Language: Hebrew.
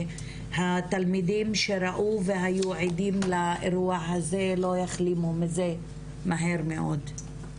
שהתלמידים שראו והיו עדים לאירוע הזה לא יחלימו מזה מהר מאוד.